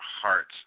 hearts